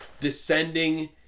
descending